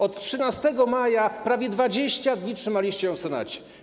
Od 13 maja prawie 20 dni trzymaliście ją w Senacie.